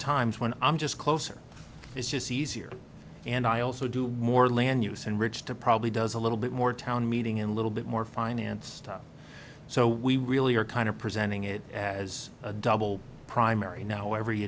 times when i'm just closer it's just easier and i also do with more land use and rich to probably does a little bit more town meeting in a little bit more finance so we really are kind of presenting it as a double primary now every